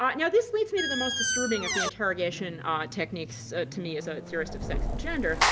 um now this leads me to the most disturbing of the interrogation techniques to me as a theorist of sex and gender.